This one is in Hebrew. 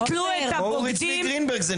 זה נשמע כמו אורי צבי גרינברג.